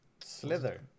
slither